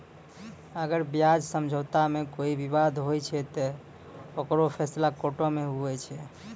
अगर ब्याज समझौता मे कोई बिबाद होय छै ते ओकरो फैसला कोटो मे हुवै छै